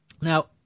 now